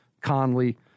Conley